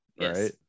right